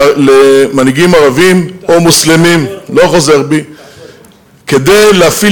ידי המוסלמים כדי ליצור